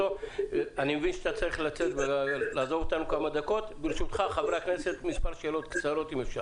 אני מבין שאתה עסוק אז נאפשר לחברי הכנסת סבב שאלות קצר שיופנה אליך.